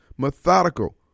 methodical